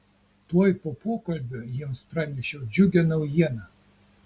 tuoj po pokalbio jiems pranešiau džiugią naujieną